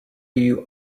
you